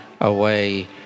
away